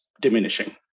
diminishing